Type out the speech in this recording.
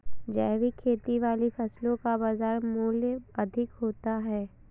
जैविक खेती वाली फसलों का बाज़ार मूल्य अधिक होता है